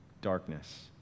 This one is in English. darkness